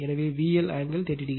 எனவே VL angle 30o